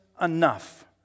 enough